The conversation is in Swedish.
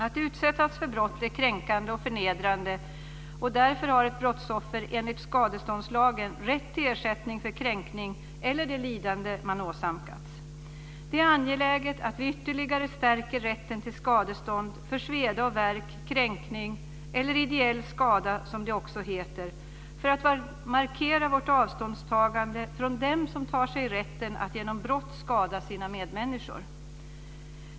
Att utsättas för brott är kränkande och förnedrande, och därför har ett brottsoffer enligt skadeståndslagen rätt till ersättning för kränkning eller det lidande man åsamkats. Det är angeläget att vi ytterligare stärker rätten till skadestånd för sveda och värk, kränkning eller ideell skada, som det också heter, för att markera vårt avståndstagande från dem som tar sig rätten att genom brott skada sina medmänniskor.